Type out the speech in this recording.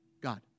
God